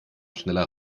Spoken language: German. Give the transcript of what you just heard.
schneller